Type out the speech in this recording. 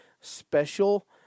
special